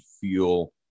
feel